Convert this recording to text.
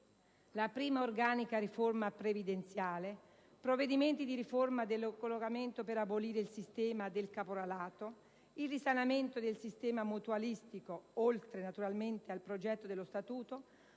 la prima organica riforma previdenziale, provvedimenti di riforma del collocamento per abolire il sistema del caporalato, il risanamento del sistema mutualistico, oltre naturalmente al progetto dello Statuto,